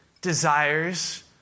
desires